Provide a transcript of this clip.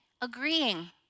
agreeing